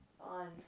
on